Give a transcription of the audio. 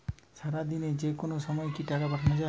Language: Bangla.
সারাদিনে যেকোনো সময় কি টাকা পাঠানো য়ায়?